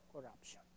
corruption